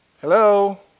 Hello